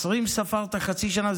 ספרת 20 בחצי שנה?